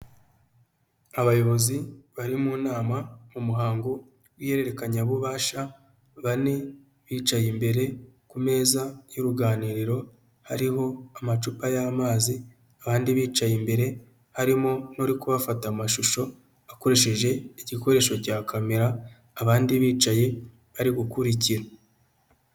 Abayobozi bari mu nama mu muhango w'ihererekanyabubasha, bane hicaye imbere ku meza y'uruganiriro hariho amacupa y'amazi, abandi bicaye imbere harimo n'uri kubafata amashusho akoresheje igikoresho cya kamera, abandi bicaye bari gukurikira.